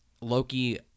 loki